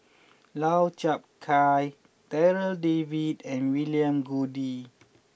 Lau Chiap Khai Darryl David and William Goode